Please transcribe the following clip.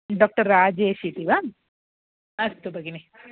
doctor राजेशः इति वा अस्तु भगिनि